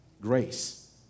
grace